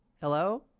Hello